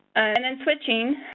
and then, switching,